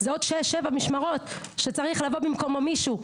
זה עוד שש, שבע משמרות, שצריך לבוא במקומו מישהו.